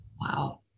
Wow